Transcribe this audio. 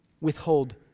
withhold